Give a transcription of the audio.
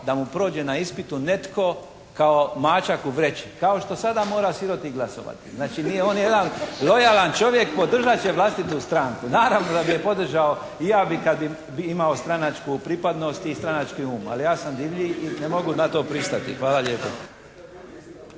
da mu prođe na ispitu netko kao mačak u vreći. Kao što sada mora i … /Govornik se ne razumije./ … i glasovati. Znači, on je jedan lojalan čovjek, podržat će vlastitu stranku. Naravno da bi je podržao i ja bih kad bi imao stranačku pripadnost i stranački um. Ali ja sam divlji ne mogu na to pristati. Hvala lijepo.